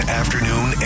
afternoon